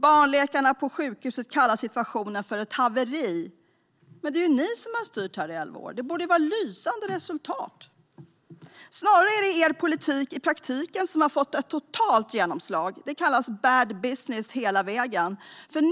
Barnläkarna på sjukhuset kallar situationen för ett haveri. Men det är ju ni som har styrt i Stockholm i elva år. Det borde ju vara lysande resultat! Men snarare är det er politik i praktiken som har fått totalt genomslag. Det kallas bad business.